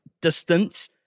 distance